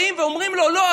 באים ואומרים לו: לא,